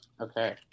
Okay